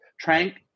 Trank